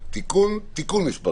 החדש (הוראת שעה) (הגבלת פעילות במקומות עבודה) (תיקון מס'